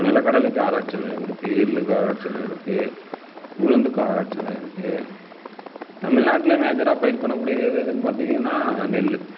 இப்போ நிலகடலைக்கு ஆராய்ச்சி நிலையம் இருக்குது எள்ளுக்கு ஆராய்ச்சி நிலையம் இருக்குது உளுந்துக்கு ஆராய்ச்சி நிலையம் இருக்குது தமிழ்நாட்டில் மேஜராக பயிர் பண்ணக்கூடியது எது எது பார்த்திங்கனா நெல்